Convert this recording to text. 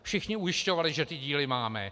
Všichni ujišťovali, že díly máme.